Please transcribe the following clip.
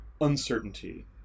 uncertainty